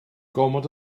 gormod